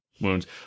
wounds